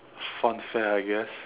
fun fair I guess